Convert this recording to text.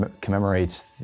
commemorates